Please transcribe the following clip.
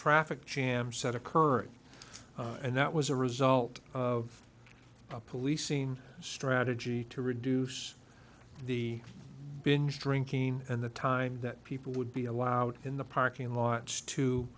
traffic jam set occurring and that was a result of a policing strategy to reduce the binge drinking and the time that people would be allowed in the parking lot to